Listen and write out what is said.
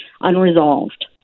unresolved